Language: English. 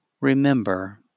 Remember